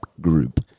group